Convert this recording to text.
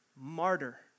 Martyr